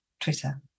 Twitter